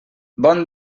bon